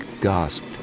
gasped